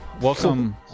welcome